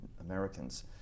Americans